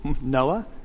Noah